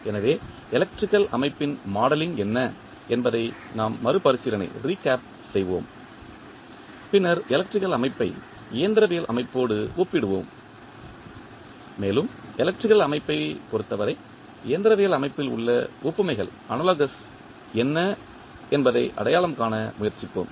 எனவே எலக்ட்ரிக்கல் அமைப்பின் மாடலிங் என்ன என்பதை நாம் மறுபரிசீலனை செய்வோம் பின்னர் எலக்ட்ரிக்கல் அமைப்பை இயந்திரவியல் அமைப்போடு ஒப்பிடுவோம் மேலும் எலக்ட்ரிக்கல் அமைப்பைப் பொறுத்தவரை இயந்திரவியல் அமைப்பில் உள்ள ஒப்புமைகள் என்ன என்பதை அடையாளம் காண முயற்சிப்போம்